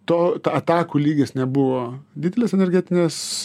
to atakų lygis nebuvo didelis energetinės